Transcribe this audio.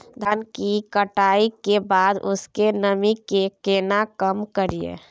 धान की कटाई के बाद उसके नमी के केना कम करियै?